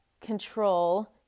control